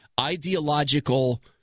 ideological